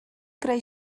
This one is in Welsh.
greu